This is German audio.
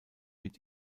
mit